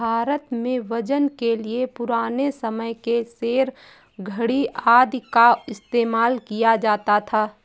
भारत में वजन के लिए पुराने समय के सेर, धडी़ आदि का इस्तेमाल किया जाता था